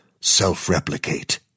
self-replicate